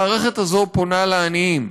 המערכת הזאת פונה לעניים,